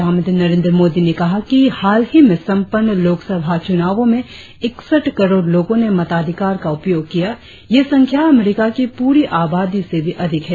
प्रधानमंत्री नरेंद्र मोदी ने कहा कि हाल ही में सम्पन्न लोकसभा चुनावों में ईकसठ करोड़ लोगों ने मताधिकार का उपयोग किया यह संख्या अमरीका की पूरी आबादी से भी अधिक है